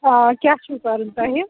آ کیٛاہ چھُو کَرُن تۄہہِ